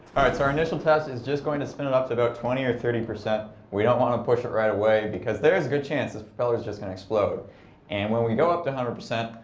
right so our initial test is just going to spin it up to about twenty or thirty percent we don't want to push it right away because there's a good chance this propellers just gonna explode and when we go up to a hundred percent,